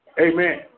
Amen